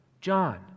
John